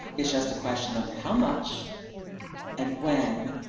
it's just a question of how much and when